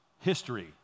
history